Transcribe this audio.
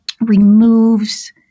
removes